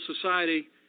society